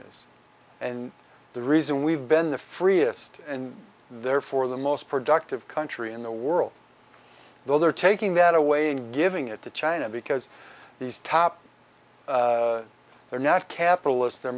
is and the reason we've been the freest and therefore the most productive country in the world though they're taking that away and giving it to china because these top their net capitalists their